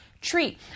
treat